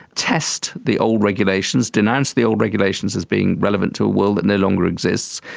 test the old regulations, denounce the old regulations as being relevant to a world that no longer exists,